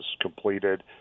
completed